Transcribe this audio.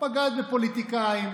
מפלגה זה פוליטיקאים,